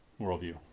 worldview